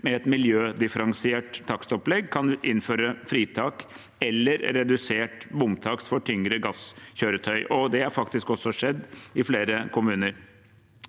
med et miljødifferensiert takstopplegg kan innføre fritak eller redusert bomtakst for tyngre gasskjøretøy. Det har skjedd i flere kommuner.